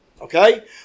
Okay